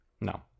No